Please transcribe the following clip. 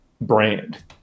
brand